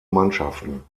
mannschaften